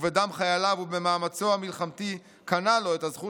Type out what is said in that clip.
ובדם חייליו ובמאמצו המלחמתי קנה לו את הזכות